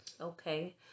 Okay